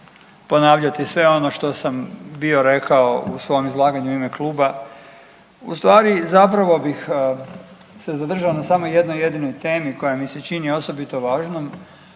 ponavljati sve ono što sam bio rekao u svom izlaganju u ime kluba. Ustvari zapravo bih se zadržao na samo jednoj jedinoj temi koja mi se čini osobito važnom,